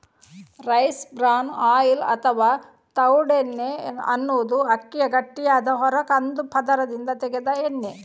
rice bran oil ಅಥವಾ ತವುಡೆಣ್ಣೆ ಅನ್ನುದು ಅಕ್ಕಿಯ ಗಟ್ಟಿಯಾದ ಹೊರ ಕಂದು ಪದರದಿಂದ ತೆಗೆದ ಎಣ್ಣೆ